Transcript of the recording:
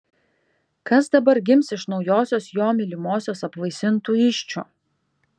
kas dabar gims iš naujosios jo mylimosios apvaisintų įsčių